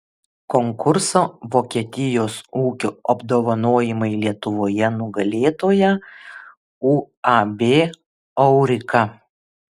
konkurso vokietijos ūkio apdovanojimai lietuvoje nugalėtoja uab aurika